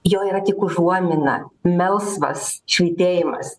jo yra tik užuomina melsvas švytėjimas